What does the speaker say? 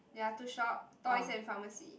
ya to shop toys and pharmacy